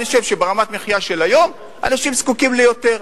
אני חושב שברמת המחיה של היום אנשים זקוקים ליותר.